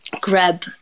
grab